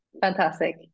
fantastic